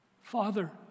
Father